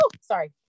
sorry